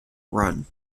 run